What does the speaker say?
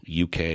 UK